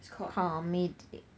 comedy